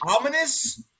ominous